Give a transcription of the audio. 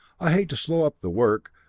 i hate to slow up the work,